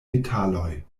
detaloj